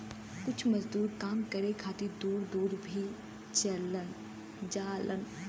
कुछ मजदूर काम करे खातिर दूर दूर भी जालन